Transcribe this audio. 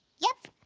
yep,